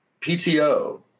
PTO